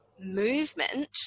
movement